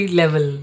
level